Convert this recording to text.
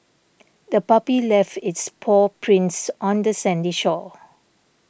the puppy left its paw prints on the sandy shore